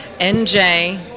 NJ